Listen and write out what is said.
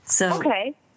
Okay